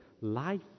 life